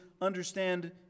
understand